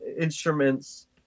instruments